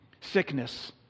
sickness